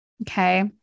okay